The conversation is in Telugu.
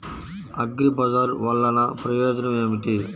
అగ్రిబజార్ వల్లన ప్రయోజనం ఏమిటీ?